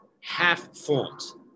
half-forms